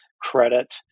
credit